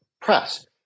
press